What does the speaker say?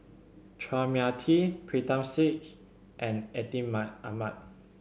Chua Mia Tee Pritam Singh and Atin Amat